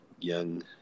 young